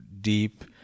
deep